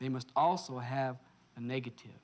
they must also have a negative